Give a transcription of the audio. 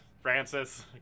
Francis